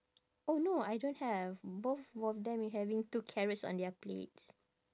oh no I don't have both of them is having two carrots on their plates